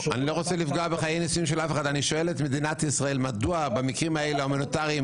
אני שואל את מדינת ישראל מדוע במקרים ההומניטריים